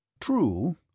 True